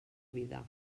vida